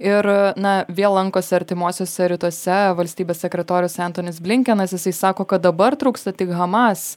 ir na vėl lankosi artimuosiuose rytuose valstybės sekretorius antonis blinkinas jisai sako kad dabar trūksta tik hamas